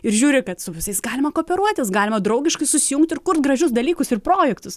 ir žiūri kad su visais galima kooperuotis galima draugiškai susijungti ir kurt gražius dalykus ir projektus